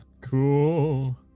Cool